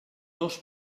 dos